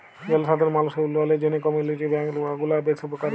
জলসাধারল মালুসের উল্ল্যয়লের জ্যনহে কমিউলিটি বলধ্ল ব্যাংক গুলা বেশ উপকারী